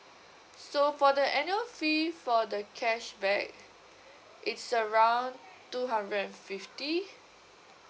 so for the annual fee for the cashback it's around two hundred and fifty